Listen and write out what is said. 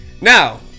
Now